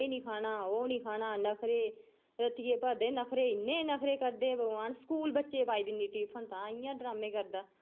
कोई में एह् नि खाना ओह् नि खाना नखरे रत्तियै भरदे इन्ने नखरे करदे भगवान स्कूल बच्चे पाई दिन्नी टिफन तां इ'यां ड्रामे करदा